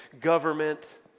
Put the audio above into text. government